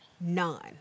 None